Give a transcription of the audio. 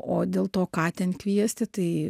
o dėl to ką ten kviesti tai